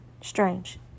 strange